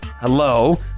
Hello